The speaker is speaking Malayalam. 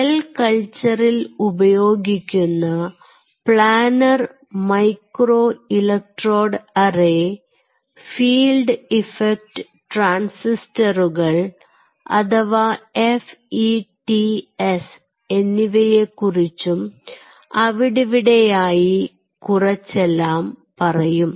സെൽ കൾച്ചറിൽ ഉപയോഗിക്കുന്ന planar micro electrode array field effect ട്രാൻസിസ്റ്ററുകൾ അഥവാ f e t s എന്നിവയെകുറിച്ചും അവിടിവിടെയായി കുറച്ചെല്ലാം പറയും